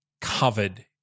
covered